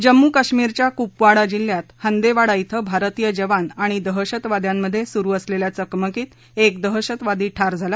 जम्मू काश्मिरच्या कुपवाडा जिल्हयात हंदेवाडा श्वि भारतीय जवान आणि दहशतवाद्यांमध्ये सुरू असलेल्या चकमकीत एक दहशतवादी ठार झाला